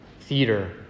theater